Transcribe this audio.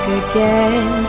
again